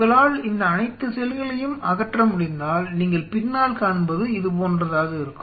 உங்களால் இந்த அனைத்து செல்களையும் அகற்ற முடிந்தால் நீங்கள் பின்னால் காண்பது இது போன்றதாக இருக்கும்